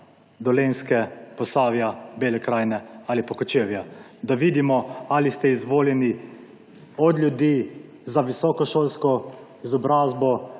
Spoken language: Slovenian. Dolenjske, Posavja, Bele krajine ali pa Kočevja, da vidimo, ali ste izvoljeni od ljudi za visokošolsko izobrazbo,